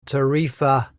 tarifa